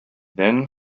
then